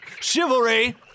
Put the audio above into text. Chivalry